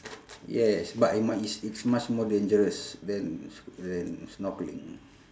yes but it~ much it's it's much more dangerous than s~ than snorkeling